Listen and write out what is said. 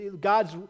God's